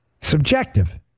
Subjective